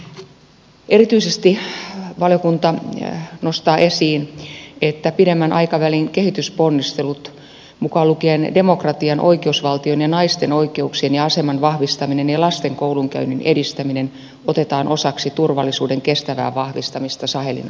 erityisesti valiokunta nostaa esiin että pidemmän aikavälin kehitysponnistelut mukaan lukien demokratian oikeusvaltion ja naisten oikeuksien ja aseman vahvistaminen ja lasten koulunkäynnin edistäminen otetaan osaksi turvallisuuden kestävää vahvistamista sahelin alueella